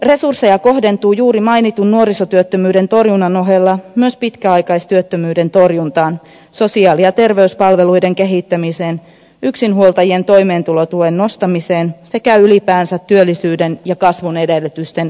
resursseja kohdentuu juuri mainitun nuorisotyöttömyyden torjunnan ohella myös pitkäaikaistyöttömyyden torjuntaan sosiaali ja terveyspalveluiden kehittämiseen yksinhuoltajien toimeentulotuen nostamiseen sekä ylipäänsä työllisyyden ja kasvun edellytysten edistämiseen